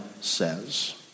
says